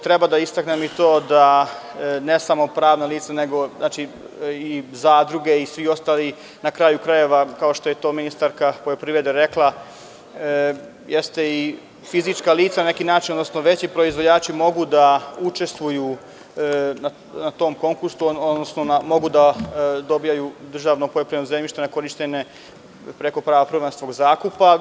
Treba da istaknem ito da ne samo pravna lica, nego i zadruge i svi ostali, na kraju krajeva, kao što je to ministarka poljoprivrede rekla, jeste i fizička lica, na neki način, odnosno veći proizvođači mogu da učestvuju na tom konkursu, odnosno mogu da dobijaju državno poljoprivredno zemljište na korišćenje preko prava prvenstva zakupa.